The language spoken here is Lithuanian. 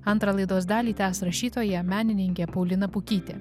antrą laidos dalį tęs rašytoja menininkė paulina pukytė